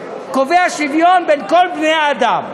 שקובע שוויון בין כל בני-האדם,